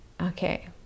Okay